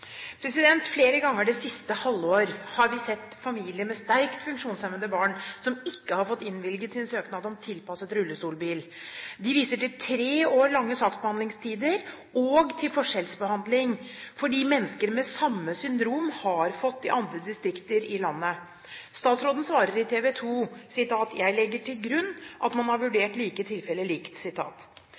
sett familier med sterkt funksjonshemmede barn som ikke har fått innvilget sin søknad om tilpasset rullestolbil. De viser til tre år lang saksbehandlingstid og til forskjellsbehandling, fordi mennesker med samme syndrom har fått i andre distrikter i landet. Statsråden svarte i TV 2: «Jeg legger til grunn at man har vurdert like tilfeller likt.»